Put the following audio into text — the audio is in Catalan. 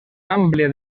àmplia